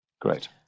Great